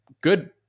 good